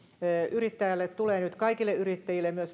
yrittäjälle tulee nyt kaikille yrittäjille myös